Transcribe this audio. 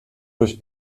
durch